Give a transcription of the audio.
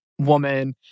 woman